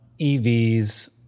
EVs